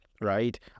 right